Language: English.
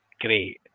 great